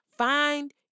Find